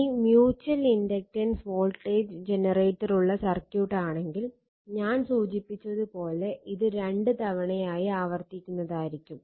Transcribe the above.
ഇനി mutual inductance voltage ജനറേറ്ററുള്ള circuit ആണെങ്കിൽ ഞാൻ സൂചിപ്പിച്ചത് പോലെ ഇത് രണ്ട് തവണയായി ആവർത്തിക്കുന്നതായിരിക്കും